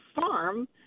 farm